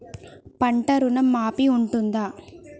పంట ఋణం మాఫీ ఉంటదా?